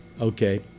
okay